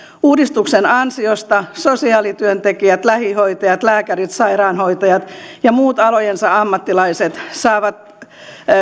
uudistuksen ansiosta sosiaalityöntekijät lähihoitajat lääkärit sairaanhoitajat ja muut alojensa ammattilaiset saavat